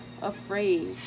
Afraid